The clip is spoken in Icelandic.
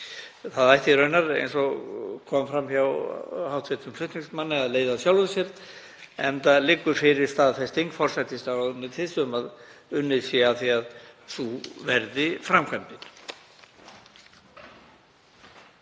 Það ætti raunar, eins og kom fram hjá hv. flutningsmanni, að leiða af sjálfu sér, enda liggur fyrir staðfesting forsætisráðuneytis um að unnið sé að því að sú verði framkvæmdin.